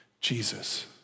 Jesus